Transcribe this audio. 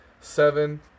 seven